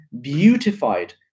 beautified